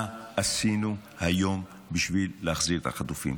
מה עשינו היום בשביל להחזיר את החטופים?